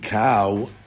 cow